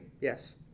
yes